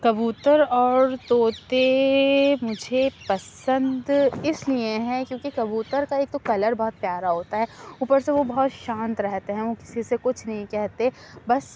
کبوتر اور طوطے مجھے پسند اِس لیے ہیں کیوں کہ کبوتر کا ایک تو کلر بہت پیارا ہوتا ہے اُوپر سے وہ بہت شانت رہتے ہیں وہ کسی سے کچھ نہیں کہتے بس